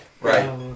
right